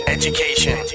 education